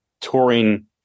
touring